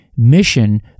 mission